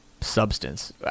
substance